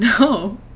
No